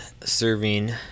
serving